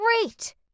great